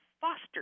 foster